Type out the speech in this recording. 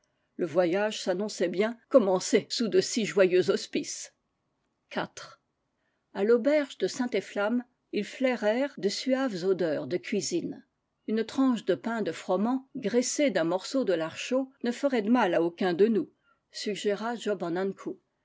le voyage s'annonçait bien commencé sous de si joyeux auspices a l'auberge de saint efflam ils flairèrent de suaves odeurs de cuisine une tranche de pain de froment graissée d'un morceau de lard chaud ne ferait de mal à aucun de nous